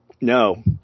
No